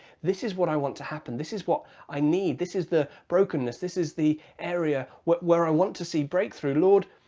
this is what i want to happen. this is what i need. this is the brokenness. this is the area where i want to see breakthrough. lord,